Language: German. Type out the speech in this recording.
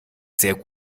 sehr